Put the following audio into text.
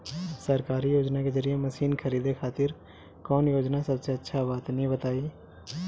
सरकारी योजना के जरिए मशीन खरीदे खातिर कौन योजना सबसे अच्छा बा तनि बताई?